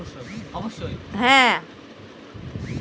বীমার জন্য কি নমিনীর নাম দিতেই হবে?